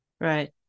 right